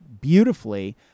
beautifully